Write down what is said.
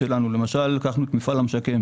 נעשה הכול כשדי שלא ייהנו מזה בגיל